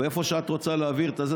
או איפה שאת רוצה להעביר את זה,